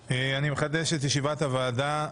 14:30.) אני מחדש את ישיבת הוועדה,